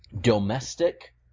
domestic